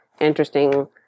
interesting